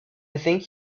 think